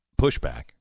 pushback